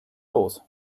los